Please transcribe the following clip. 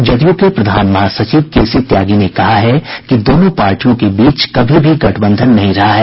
जदयू के प्रधान महासचिव के सी त्यागी ने कहा है कि दोनों पार्टियों के बीच कभी भी गठबंधन नहीं रहा है